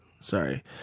sorry